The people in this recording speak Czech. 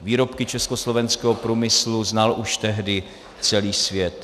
Výrobky československého průmyslu znal už tehdy celý svět.